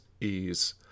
EASE